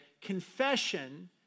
confession